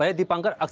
ah deepankar.